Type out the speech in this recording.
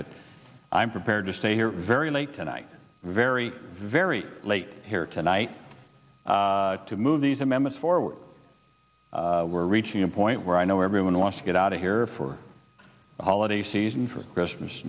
but i'm prepared to stay here very late tonight very very late here tonight to move these amendments forward we're reaching a point where i know everyone wants to get out of here for the holiday season for christmas